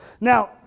Now